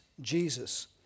Jesus